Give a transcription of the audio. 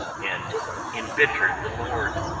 and embittered the lord.